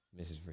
Mrs